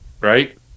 right